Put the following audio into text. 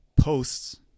posts